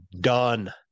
done